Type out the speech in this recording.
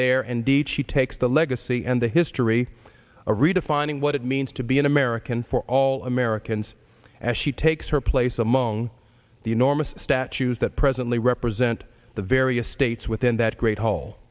there and each she takes the legacy and the history of redefining what it means to be an american for all americans as she takes her place among the enormous statues that presently represent the various states within that great